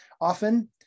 often